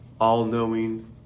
all-knowing